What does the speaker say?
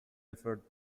effort